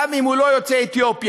גם אם הוא לא יוצא אתיופיה,